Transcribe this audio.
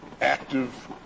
active